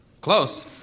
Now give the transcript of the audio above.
Close